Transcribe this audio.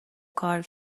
کار